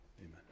Amen